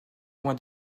loin